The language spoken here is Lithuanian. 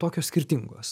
tokios skirtingos